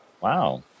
Wow